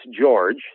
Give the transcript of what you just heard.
George